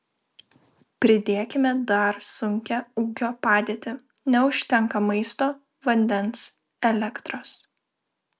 pridėkime dar sunkią ūkio padėtį neužtenka maisto vandens elektros